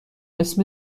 اسم